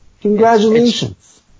Congratulations